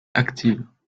active